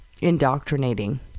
indoctrinating